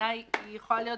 בעיניי יכולה להיות